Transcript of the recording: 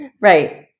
Right